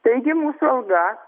taigi mūsų alga